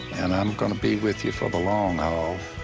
and i'm gonna be with ya for the long haul,